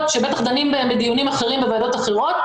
שבטח דנים בהן בדיונים אחרים בוועדות אחרות,